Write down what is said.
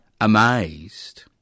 amazed